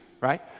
right